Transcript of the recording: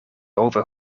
over